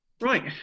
Right